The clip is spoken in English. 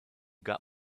got